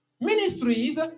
Ministries